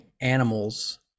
animals